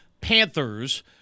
Panthers